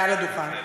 מעל הדוכן.